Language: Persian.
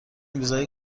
ویزای